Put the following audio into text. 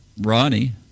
Ronnie